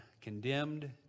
condemned